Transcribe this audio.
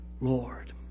Lord